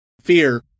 fear